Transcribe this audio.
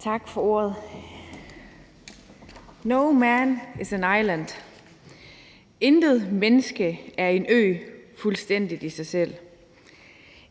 Tak for ordet. »No man is an island«. »Intet menneske er en ø, fuldstændigt i sig selv;